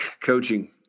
coaching